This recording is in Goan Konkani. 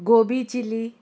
गोबी चिली